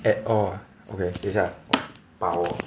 at all ah okay 等下把我